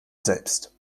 selbst